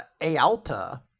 Aalta